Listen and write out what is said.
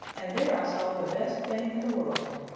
and there i saw the best thing in the world.